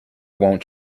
won’t